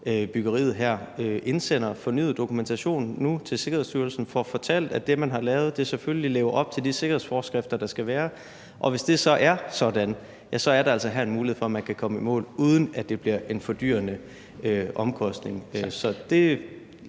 byggeriet her indsender fornyet dokumentation, nu til Sikkerhedsstyrelsen, og får fortalt, at det, man har lavet, selvfølgelig lever op til de sikkerhedsforskrifter, der er, og hvis det så er sådan, ja, så er der altså her en mulighed for, at man kan komme i mål, uden at det bliver en fordyrende omkostning. Så det